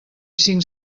cinc